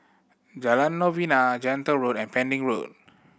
Jalan Novena Gentle Road and Pending Road